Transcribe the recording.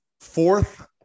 Fourth